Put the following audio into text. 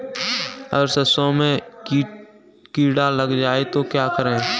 अगर सरसों में कीड़ा लग जाए तो क्या करें?